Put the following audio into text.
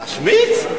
להשוויץ?